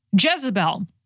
Jezebel